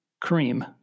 cream